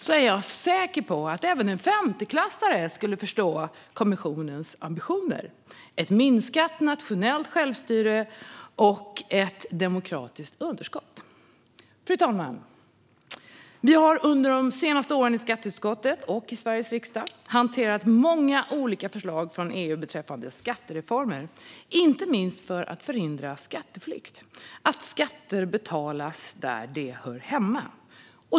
Jag är säker på att även en femteklassare skulle förstå kommissionens ambitioner: Ett minskat nationellt självstyre och ett demokratiskt underskott. Fru talman! Vi har under de senaste åren i skatteutskottet och i Sveriges riksdag hanterat många olika förslag från EU beträffande skattereformer, inte minst för att förhindra skatteflykt. Det handlar om att skatter ska betalas där de hör hemma.